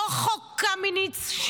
לא חוק קמיניץ,